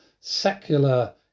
secular